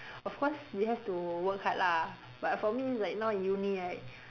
of course we have to work hard lah but for me it's like now in uni right